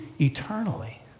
eternally